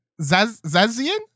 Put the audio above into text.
Zazian